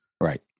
Right